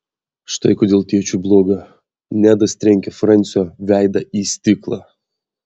štai kodėl tėčiui bloga nedas trenkė fransio veidą į stiklą